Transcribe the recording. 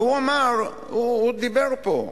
והוא אמר, הוא דיבר פה,